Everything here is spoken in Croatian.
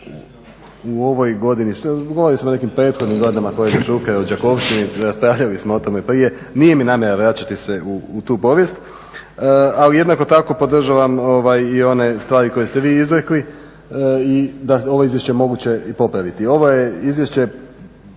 ne čuje se./… Govorili smo o nekim prethodnim godinama kolega Šuker o Đakovštini, raspravljali smo o tome prije. Nije mi namjera vraćati se u tu povijest. Ali jednako tako podržavam i one stvari koje ste i vi izrekli da je ovo Izvješće moguće i popraviti.